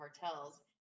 cartels